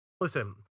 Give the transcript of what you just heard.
listen